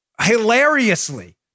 hilariously